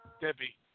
Debbie